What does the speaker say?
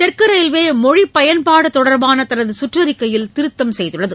தெற்கு ரயில்வே மொழிப் பயன்பாடு தொடர்பான தனது சுற்றறிக்கையில் திருத்தம் செய்துள்ளது